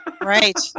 right